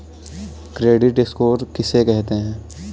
Credit score किसे कहते हैं?